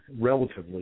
relatively